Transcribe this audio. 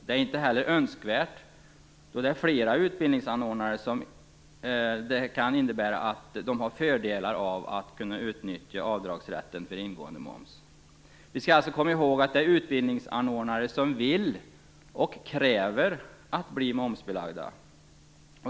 Det är dessutom inte önskvärt, då det för flera utbildningsanordnare kan innebära fördelar att kunna utnyttja avdragsrätten för ingående moms. Vi skall komma ihåg att det finns utbildningsanordnare som vill och kräver att bli momsbelagda.